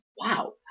wow